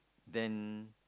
then